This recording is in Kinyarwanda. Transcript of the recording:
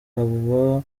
haba